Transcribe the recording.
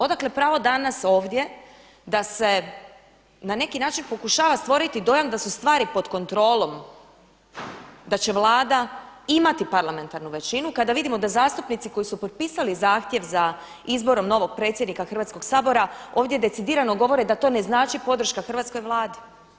Odakle pravo danas ovdje da se na neki način pokušava stvoriti dojam da su stvari pod kontrolom, da će Vlada imati parlamentarnu većinu kada vidimo da zastupnici koji su potpisali zahtjev za izborom novog predsjednika Hrvatskoga sabora ovdje decidirano govore da to ne znači podrška hrvatskoj Vladi.